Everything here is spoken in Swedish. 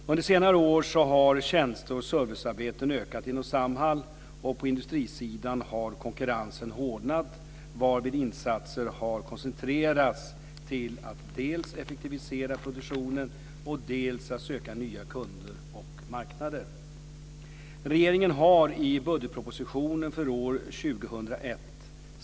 Under senare år har tjänste och servicearbeten ökat inom Samhall. På industrisidan har konkurrensen hårdnat varvid insatser har koncentrerats till att dels effektivisera produktionen, dels söka nya kunder och marknader.